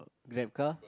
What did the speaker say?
grab car